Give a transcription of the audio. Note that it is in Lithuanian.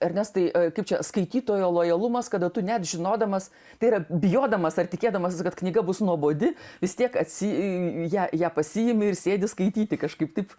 ernestai kaip čia skaitytojo lojalumas kada tu net žinodamas tai yra bijodamas ar tikėdamasis kad knyga bus nuobodi vis tiek atsi ją ją pasiimi ir sėdi skaityti kažkaip taip